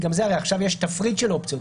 עכשיו יש תפריט של אופציות,